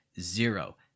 Zero